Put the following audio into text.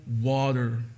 water